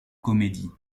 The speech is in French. comédie